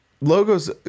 logos